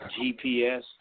GPS